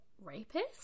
rapist